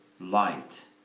light